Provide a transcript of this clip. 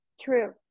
True